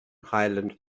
highland